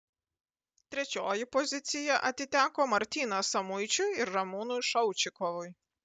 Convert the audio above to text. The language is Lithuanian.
trečioji pozicija atiteko martynas samuičiui ir ramūnui šaučikovui